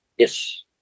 Yes